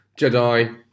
Jedi